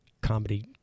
comedy